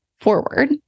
forward